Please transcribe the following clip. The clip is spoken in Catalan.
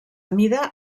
mida